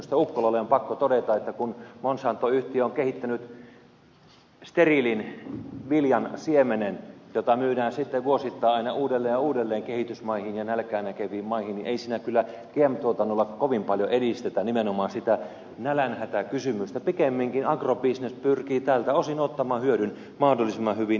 ukkolalle on pakko todeta että kun monsanto yhtiö on kehittänyt steriilin viljansiemenen jota myydään sitten vuosittain aina uudelleen ja uudelleen kehitysmaihin ja nälkää näkeviin maihin niin ei siinä kyllä gm tuotannolla kovin paljon edistetä nimenomaan sitä nälänhätäkysymystä pikemminkin agrobisnes pyrkii tältä osin ottamaan hyödyn mahdollisimman hyvin irti